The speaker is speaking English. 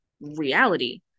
reality